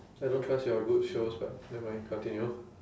I don't trust your good shows but never mind continue